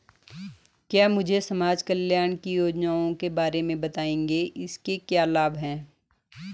क्या मुझे समाज कल्याण की योजनाओं के बारे में बताएँगे इसके क्या लाभ हैं?